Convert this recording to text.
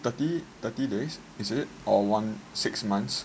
thirty thirty days is it or one six months